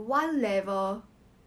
he follows my Instagram somemore